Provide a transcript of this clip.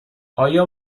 آیا